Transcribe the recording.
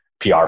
PR